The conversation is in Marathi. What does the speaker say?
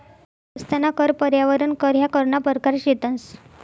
रस्ताना कर, पर्यावरण कर ह्या करना परकार शेतंस